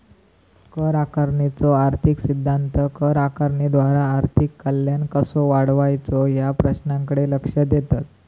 कर आकारणीचो आर्थिक सिद्धांत कर आकारणीद्वारा आर्थिक कल्याण कसो वाढवायचो या प्रश्नाकडे लक्ष देतत